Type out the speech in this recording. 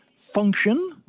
function